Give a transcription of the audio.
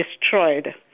destroyed